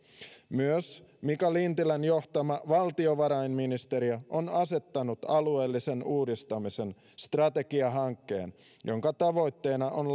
myös mika lintilän johtama valtiovarainministeriö on asettanut alueellisen uudistamisen strategiahankkeen jonka tavoitteena on